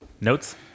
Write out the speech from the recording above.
Notes